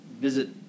visit